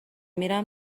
میرم